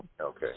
Okay